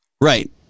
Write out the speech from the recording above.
Right